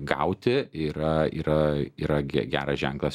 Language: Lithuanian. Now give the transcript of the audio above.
gauti yra yra yra geras ženklas